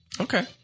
Okay